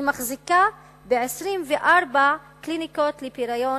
היא מחזיקה ב-24 קליניקות לפריון